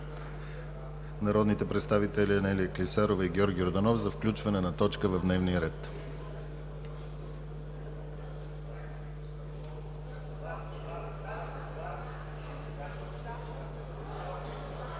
народните представители Анелия Клисарова и Георги Йорданов, за включване на точка в дневния ред. Гласували